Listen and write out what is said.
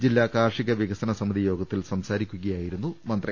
ജില്ലാ കാർഷിക വിക സന സമിതി യോഗത്തിൽ സംസാരിക്കുകയായിരുന്നു മന്ത്രി